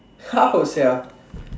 how sia